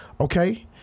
Okay